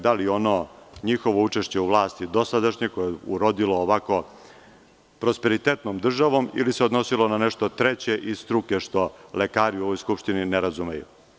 Da li ono njihovo učešće u vlasti dosadašnje koje je urodilo ovako prosperitetnom državom, ili se odnosilo na nešto treće iz struke što lekari u ovoj skupštini ne razumeju.